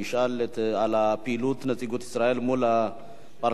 הוא ישאל על פעילות נציגות ישראל מול הפרלמנטים